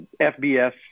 FBS